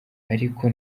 ariko